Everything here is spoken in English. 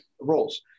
roles